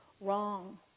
Wrong